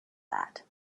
that